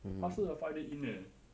他是 ah five day in leh